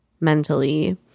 mentally